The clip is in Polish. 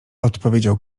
odpowiedział